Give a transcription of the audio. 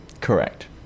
Correct